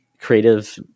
creative